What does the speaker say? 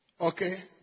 Okay